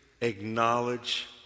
acknowledge